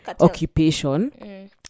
occupation